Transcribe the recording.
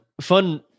fun